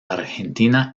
argentina